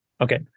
okay